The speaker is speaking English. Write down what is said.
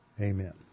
Amen